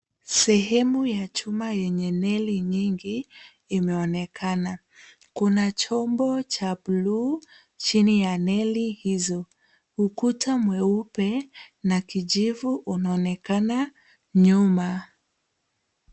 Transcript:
Sehemu ya chuma yenye neli nyingi imeonekana. Kuna chombo cha bluu chini ya neli hizo, ukuta mweupe la kijivu unaonekana nyuma.